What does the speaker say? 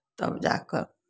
तब जा कऽ